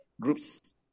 groups